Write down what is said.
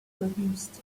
produced